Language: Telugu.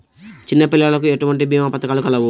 చిన్నపిల్లలకు ఎటువంటి భీమా పథకాలు కలవు?